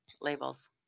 labels